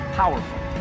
powerful